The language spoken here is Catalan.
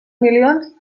milions